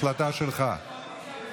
החלטה שלך.